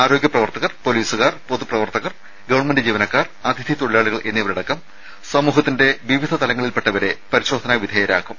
ആരോഗ്യ പ്രവർത്തകർ പൊലീസുകാർ പൊതു പ്രവർത്തകർ ഗവൺമെന്റ് ജീവനക്കാർ അതിഥി തൊഴിലാളികൾ എന്നിവരടക്കം സമൂഹത്തിന്റെ വിവിധ തലങ്ങളിൽപെട്ടവരെ പരിശോധനാ വിധേയരാക്കും